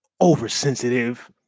oversensitive